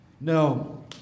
No